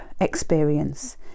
experience